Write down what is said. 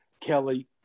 Kelly